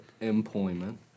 employment